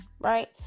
right